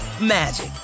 magic